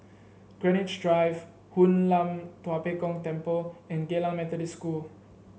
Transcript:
Greenwich Drive Hoon Lam Tua Pek Kong Temple and Geylang Methodist School